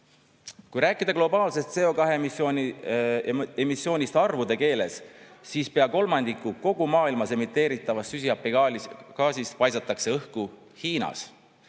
Kui rääkida globaalsest CO2emissioonist arvude keeles, siis pea kolmandiku kogu maailmas emiteeritavast süsihappegaasist paisatakse õhku Hiinas,